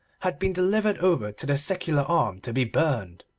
had been delivered over to the secular arm to be burned.